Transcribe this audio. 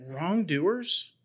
wrongdoers